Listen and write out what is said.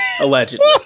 Allegedly